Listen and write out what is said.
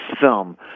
film